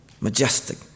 majestic